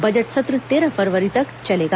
budget सत्र तेरह फरवरी तक चलेगा